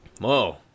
Whoa